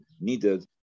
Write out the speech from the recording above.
needed